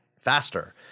faster